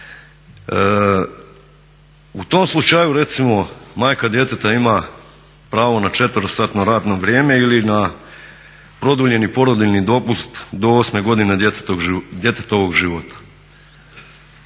u tom slučaju recimo majka djeteta ima pravo na četverosatno radno vrijeme ili na produljeni porodiljni dopust do osme godine djetetovog života.